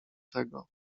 tego